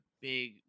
big